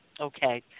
Okay